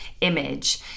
image